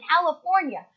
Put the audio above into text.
California